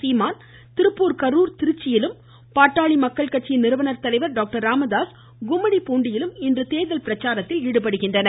சீமான் திருப்பூர் கரூர் திருச்சியிலும் பாமக நிறுவன் தலைவர் டாக்டர் ராமதாஸ் கும்மிடிபூண்டியிலும் இன்று தேர்தல் பிரச்சாரத்தில் ஈடுபடுகின்றனர்